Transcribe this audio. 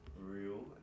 real